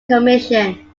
commission